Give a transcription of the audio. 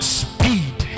speed